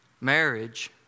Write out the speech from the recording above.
Marriage